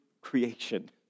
creation